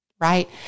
right